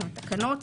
תקנות,